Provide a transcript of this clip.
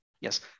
Yes